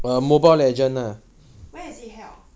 oh what what competition is this again